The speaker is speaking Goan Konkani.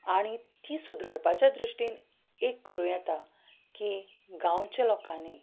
आनी ती सुदरपाच्या दृश्टीन एक करूंक येता की गांवच्या लोकांनी